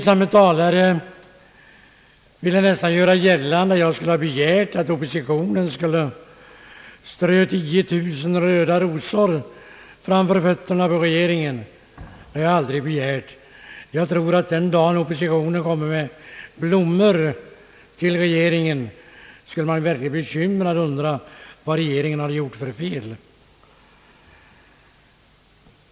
Samme talare ville nästan göra gällande att jag skulle ha begärt att oppositionen skulle strö 10 000 röda rosor framför fötterna på regeringen. Det har jag aldrig begärt! Jag tror att den dagen oppositionen kommer med blommor till regeringen skulle man verkligen bekymrat undra vad regeringen egentligen hade gjort för fel.